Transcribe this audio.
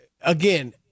again